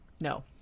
no